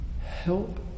help